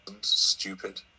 stupid